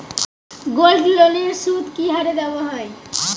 গোল্ডলোনের সুদ কি হারে দেওয়া হয়?